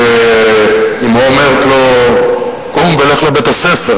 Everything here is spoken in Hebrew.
שאמו אומרת לו: קום ולך לבית-הספר.